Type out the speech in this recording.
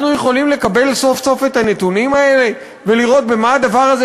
אנחנו יכולים לקבל סוף-סוף את הנתונים האלה ולראות במה הדבר הזה,